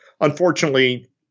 Unfortunately